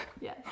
Yes